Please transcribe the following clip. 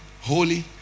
holy